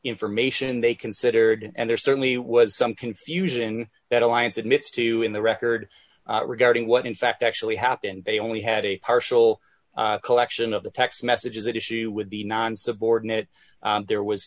information they considered and there certainly was some confusion that alliance admits to in the record regarding what in fact actually happened they only had a partial collection d of the text messages that issue with the non subordinate there was